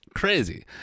Crazy